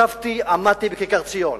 עמדתי בכיכר-ציון